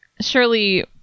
surely